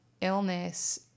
illness